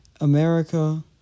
America